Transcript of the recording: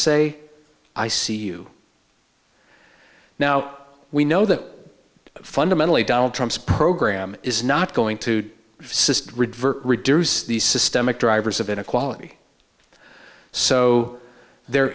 say i see you now we know that fundamentally donald trump's program is not going to reverse reduce the systemic drivers of inequality so there